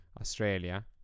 Australia